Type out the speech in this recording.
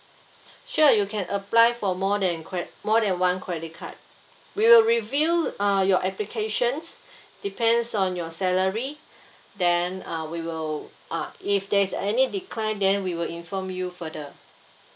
sure you can apply for more than cred~ more than one credit card we will review uh your applications depends on your salary then uh we will uh if there is any decline then we will inform you further